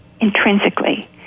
intrinsically